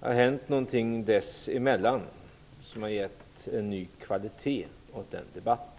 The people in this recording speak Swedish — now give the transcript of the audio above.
Men det har hänt någonting sedan dess som har gett en ny kvalitet åt den debatten.